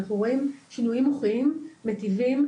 אנחנו רואים שינויים מוחיים מטיבים,